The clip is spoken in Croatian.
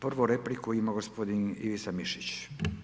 Prvu repliku ima gospodin Ivica Mišić.